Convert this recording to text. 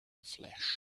flesh